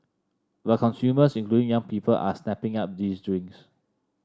but consumers including young people are snapping up these drinks